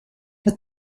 but